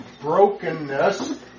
brokenness